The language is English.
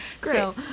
Great